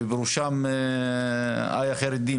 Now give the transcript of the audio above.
ובראשם איה חיראדין,